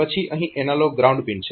પછી અહીં analog ground pin છે